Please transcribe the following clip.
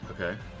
Okay